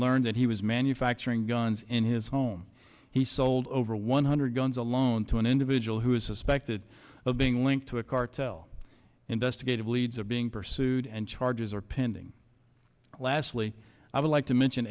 learned that he was manufacturing guns in his home he sold over one hundred guns alone to an individual who is suspected of being linked to a cartel investigative leads are being pursued and charges are pending lastly i would like to mention